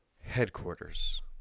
headquarters